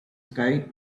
sky